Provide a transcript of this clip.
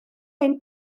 ein